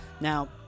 Now